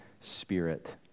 spirit